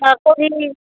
सरसों भी मिल